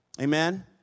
Amen